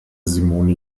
simone